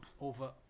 over-